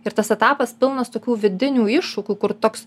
ir tas etapas pilnas tokių vidinių iššūkių kur toks